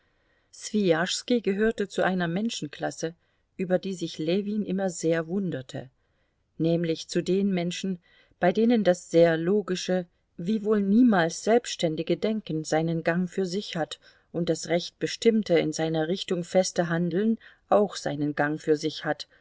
gehörte zu einer menschenklasse über die sich ljewin immer sehr wunderte nämlich zu den menschen bei denen das sehr logische wiewohl niemals selbständige denken seinen gang für sich hat und das recht bestimmte in seiner richtung feste handeln auch seinen gang für sich hat